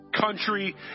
country